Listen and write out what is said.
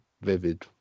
Vivid